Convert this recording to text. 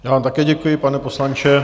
Já vám také děkuji, pane poslanče.